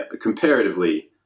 comparatively